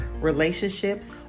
relationships